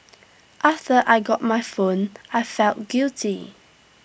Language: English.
after I got my phone I felt guilty